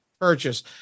purchase